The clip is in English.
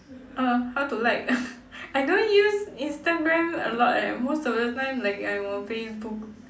uh how to like I don't use instagram a lot eh most of the time like I'm on facebook